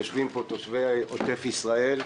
יושבים פה תושבי עוטף ישראל,